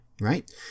right